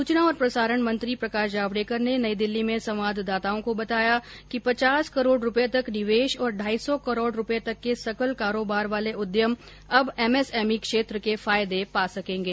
सूचना और प्रसारण मंत्री प्रकाश जावड़ेकर ने नई दिल्ली में संवाददाताओं को बताया कि पचास करोड़ रुपये तक निवेश और ढाई सौ करोड़ रुपये तक के सकल कारोबार वाले उद्यम अब एमएसएमई क्षेत्र के फायदे पा सकेंगे